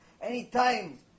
Anytime